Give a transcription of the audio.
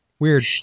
Weird